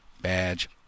badge